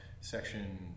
section